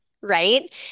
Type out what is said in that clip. Right